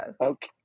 okay